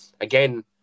again